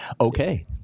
okay